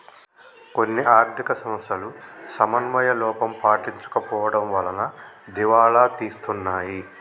కొన్ని ఆర్ధిక సంస్థలు సమన్వయ లోపం పాటించకపోవడం వలన దివాలా తీస్తున్నాయి